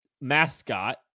mascot